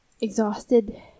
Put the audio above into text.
exhausted